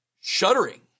shuddering